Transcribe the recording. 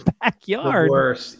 backyard